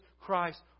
Christ